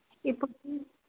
ఎప్పటి